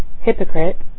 hypocrite